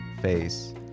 face